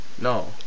No